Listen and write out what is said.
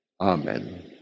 Amen